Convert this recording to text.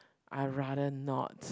I'll rather not